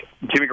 Jimmy